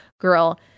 girl